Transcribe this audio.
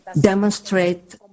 demonstrate